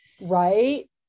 Right